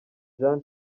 jean